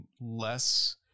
less